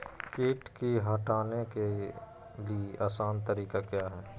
किट की हटाने के ली आसान तरीका क्या है?